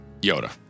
Yoda